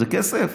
זה כסף?